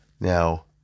now